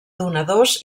donadors